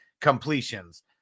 completions